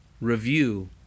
review